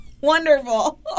Wonderful